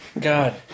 god